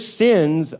sins